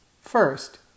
First